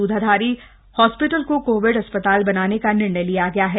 Dudhadhari hospital को covid अस्पताल बनाने का निर्णय लिया गया है